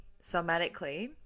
somatically